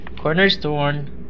Cornerstone